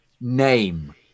Name